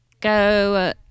go